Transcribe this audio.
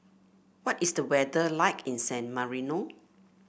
what is the weather like in San Marino